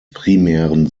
primären